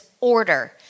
order